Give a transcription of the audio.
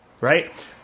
Right